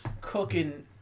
cooking